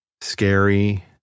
scary